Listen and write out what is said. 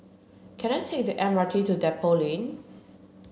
can I take the M R T to Depot Lane